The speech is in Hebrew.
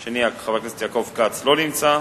השני, חבר הכנסת יעקב כץ, לא נמצא.